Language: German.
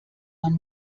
man